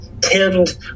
tend